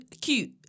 cute